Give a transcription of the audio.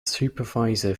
supervisor